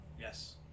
Yes